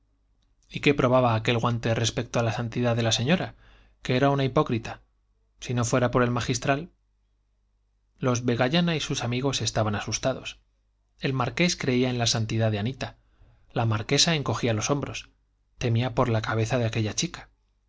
y qué probaba aquel guante respecto a la santidad de la señora que era una hipócrita si no fuera por el magistral los vegallana y sus amigos estaban asustados el marqués creía en la santidad de anita la marquesa encogía los hombros temía por la cabeza de aquella chica